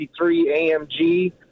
AMG